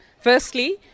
firstly